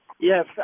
Yes